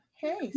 Hey